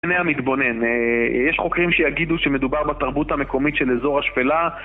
בעיניי המתבונן. יש חוקרים שיגידו שמדובר בתרבות המקומית של אזור השפלה